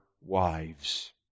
wives